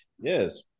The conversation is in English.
Yes